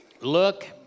look